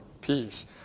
peace